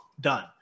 done